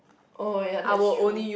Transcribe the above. oh ya that's true